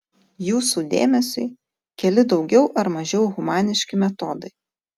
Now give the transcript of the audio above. jūsų dėmesiui keli daugiau ar mažiau humaniški metodai